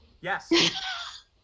Yes